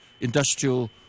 industrial